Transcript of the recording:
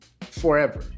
Forever